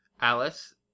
Alice